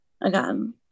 again